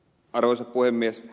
arvoisa puhemies